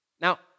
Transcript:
Now